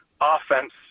offense